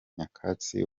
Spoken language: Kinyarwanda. nyakatsi